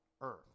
earth